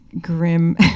grim